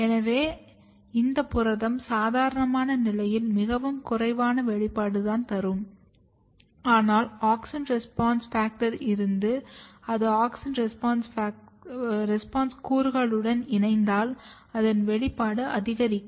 எனவே இந்த புரதம் சாதாரணமான நிலையில் மிகவும் குறைவான வெளிப்பாடு தான் தரும் ஆனால் AUXIN RESPONSE FACTOR இருந்து அது ஆக்ஸின் ரெஸ்பான்ஸ் கூறுகளுடன் இணைத்தால் அதன் வெளிப்பாடு அதிகரிக்கும்